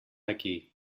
aquí